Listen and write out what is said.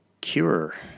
Cure